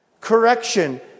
Correction